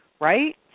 Right